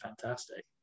fantastic